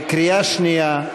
בקריאה שנייה,